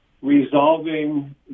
Resolving